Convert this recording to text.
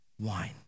wine